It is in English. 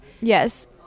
Yes